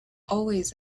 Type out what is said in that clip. always